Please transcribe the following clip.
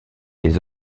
des